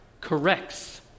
corrects